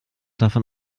davon